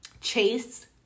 Chase